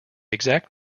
exact